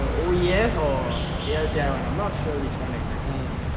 O_E_S or I'm not sure which one exactly